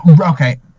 Okay